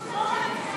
רבותי,